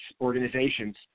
organizations